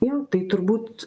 jo tai turbūt